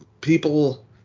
people